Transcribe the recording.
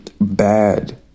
bad